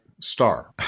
star